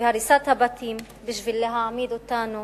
והריסת הבתים בשביל להעמיד אותנו